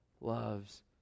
Loves